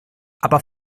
aber